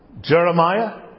Jeremiah